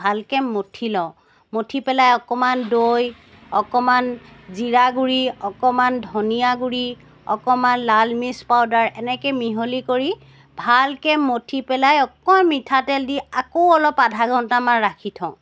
ভালকৈ মঠি লওঁ মঠি পেলাই অকণমান দৈ অকণমান জীৰা গুড়ি অকণমান ধনিয়া গুড়ি অকণমান লাল মিৰ্চ পাউডাৰ এনেকৈ মিহলি কৰি ভালকৈ মঠি পেলাই অকণ মিঠাতেল দি আকৌ অলপ আধা ঘণ্টামান ৰাখি থওঁ